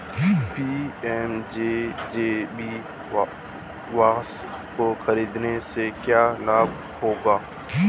PMJJBY को खरीदने से क्या लाभ होगा?